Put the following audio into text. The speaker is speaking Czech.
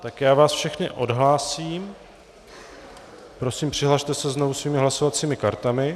Tak já vás všechny odhlásím, prosím přihlaste se znovu svými hlasovacími kartami.